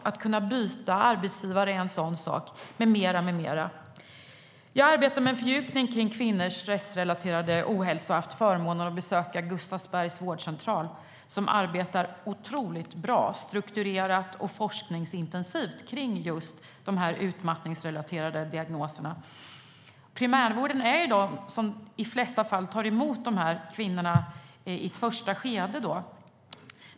Att kunna byta arbetsgivare är en, liksom mycket annat.I dag är det i de flesta fall primärvården som tar emot de här kvinnorna i ett första skede.